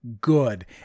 good